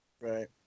Right